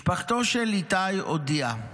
משפחתו של איתי הודיעה: